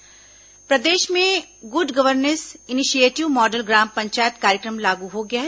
good governance प्रदेश में good governance initiative model ग्राम पंचायत कार्यक्रम लागू हो गया है